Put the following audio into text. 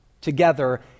together